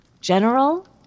General